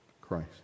Christ